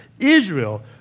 Israel